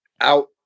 out